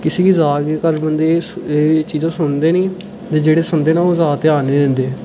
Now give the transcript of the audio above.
ज्यादातर लोक इसी सुनदे नेईं ते जेह्ड़े सुनदे ओह् घ्यान नेईं दिंदे